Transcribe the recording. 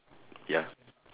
ya